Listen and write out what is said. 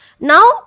Now